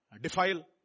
defile